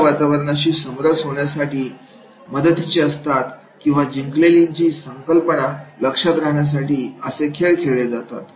अशा वातावरणाशी समरस होण्यासाठी मदतीचे असतात किंवा शिकलेली संकल्पना लक्षात राहण्यासाठी असे खेळ खेळले जातात